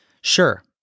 Sure